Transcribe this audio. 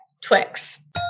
Twix